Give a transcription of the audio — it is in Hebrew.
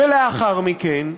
ולאחר מכן,